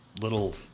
little